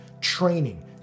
training